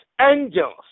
angels